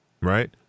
right